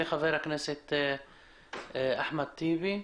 חבר הכנסת אחמד טיבי בבקשה.